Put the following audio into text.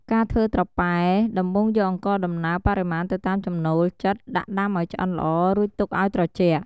ការធ្វើត្រប៉ែ ដំបូងយកអង្ករដំណើប បរិមាណទៅតាមចំណូលចិត្ត ដាក់ដាំឱ្យឆ្អិនល្អ រួចទុកឱ្យត្រជាក់។